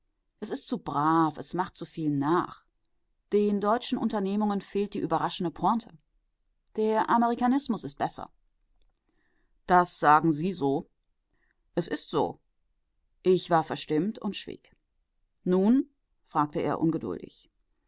es ist zu brav es macht zuviel nach den deutschen unternehmungen fehlt die überraschende pointe der amerikanismus ist besser das sagen sie so es ist so ich war verstimmt und schwieg nun fragte er ungeduldig